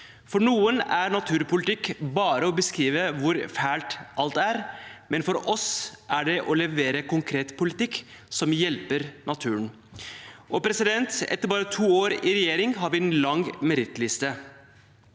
For noen er naturpolitikk bare å beskrive hvor fælt alt er, men for oss er det å levere konkret politikk som hjelper naturen, og etter bare to år i regjering har vi en lang merittliste.